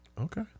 Okay